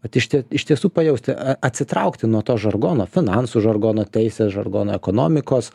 vat iš tie iš tiesų pajausti a atsitraukti nuo to žargono finansų žargono teisės žargono ekonomikos